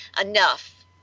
enough